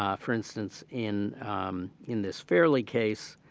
um for instance in in this farley case,